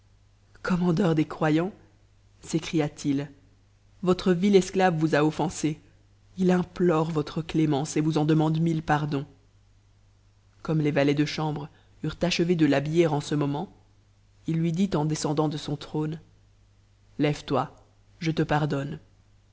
com'mudeur des croyants s'écria-t-il votre vil esclave vous a offensé il imt'iore votre clémence et vous en demande mille pardons comme les ctsde chambre eurent achevé de l'habiller en ce moment il lui dit descendant de son trône lève-toi je te pardonne